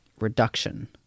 reduction